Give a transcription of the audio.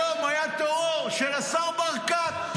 היום היה תורו של השר ברקת,